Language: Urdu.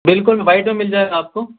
بالکل وائٹ میں مل جائے گا آپ کو